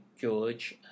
George